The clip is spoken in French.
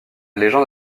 légende